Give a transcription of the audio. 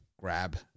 grab